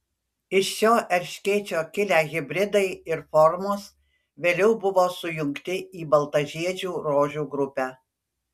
iš šio erškėčio kilę hibridai ir formos vėliau buvo sujungti į baltažiedžių rožių grupę